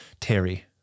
Terry